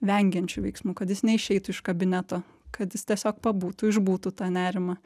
vengiančių veiksmų kad jis neišeitų iš kabineto kad jis tiesiog pabūtų išbūtų tą nerimą